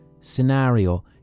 scenario